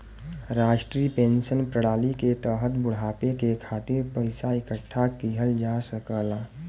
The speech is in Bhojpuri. राष्ट्रीय पेंशन प्रणाली के तहत बुढ़ापे के खातिर पइसा इकठ्ठा किहल जा सकला